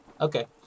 Okay